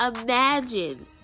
imagine